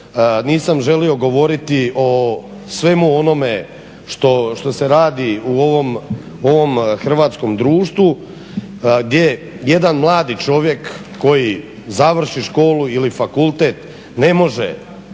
nisam želio govoriti o svemu onome što se radi u ovom hrvatskom društvu gdje jedan mladi čovjek koji završi školu ili fakultet ne može